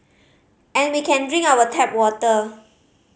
and we can drink our tap water